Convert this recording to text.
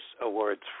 Awards